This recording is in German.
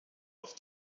auf